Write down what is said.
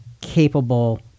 capable